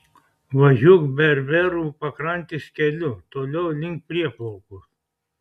važiuok berberų pakrantės keliu toliau link prieplaukos